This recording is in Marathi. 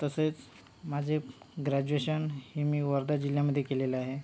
तसेच माझे ग्रॅज्युएशन हे मी वर्धा जिल्ह्यामध्ये केलेलं आहे